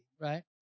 right